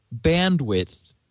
bandwidth